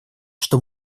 что